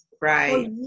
Right